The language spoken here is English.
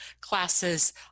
classes